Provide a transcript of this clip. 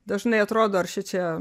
dažnai atrodo ar šičia